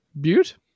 Butte